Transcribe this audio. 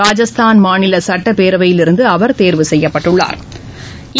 ராஜஸ்தான் மாநில சட்டப்பேரவையிலிருந்து அவா் தோ்வு செய்யப்பட்டுள்ளாா்